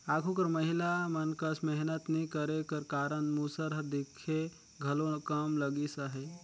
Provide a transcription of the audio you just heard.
आघु कर महिला मन कस मेहनत नी करे कर कारन मूसर हर दिखे घलो कम लगिस अहे